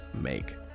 make